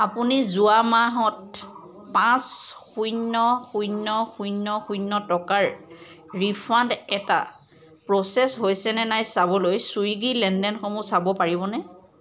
আপুনি যোৱা মাহত পাঁচ শূন্য শূন্য শূন্য শূন্য টকাৰ ৰিফাণ্ড এটা প্ৰ'চেছ হৈছে নে চাবলৈ ছুইগি লেনদেনসমূহ চাব পাৰিবনে